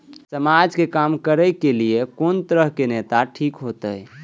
समाज के काम करें के ली ये कोन तरह के नेता ठीक होते?